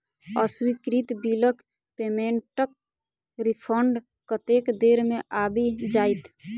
अस्वीकृत बिलक पेमेन्टक रिफन्ड कतेक देर मे आबि जाइत?